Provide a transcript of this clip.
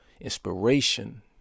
inspiration